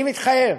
אני מתחייב